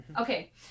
Okay